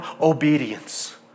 obedience